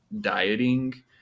dieting